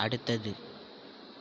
அடுத்தது